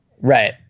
Right